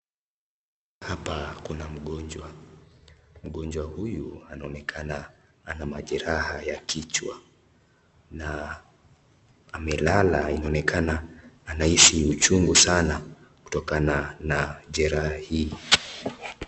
Hapa Kuna mgonjwa mgonjwa huyu anaonekana ana majeraha ya kichwa na amelala inaonekana anahisi uchungu sana kutokana na jeraha hii.